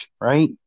right